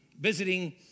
visiting